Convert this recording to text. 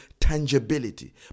tangibility